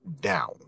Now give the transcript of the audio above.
down